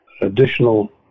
additional